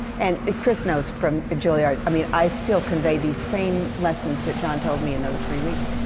and chris knows from juilliard. i mean, i still convey these same lessons that jon told me in those three weeks.